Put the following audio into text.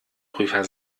prüfer